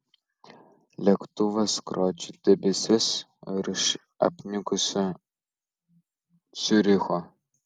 lėktuvas skrodžia debesis virš apniukusio ciuricho